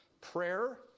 Prayer